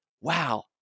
wow